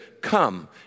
come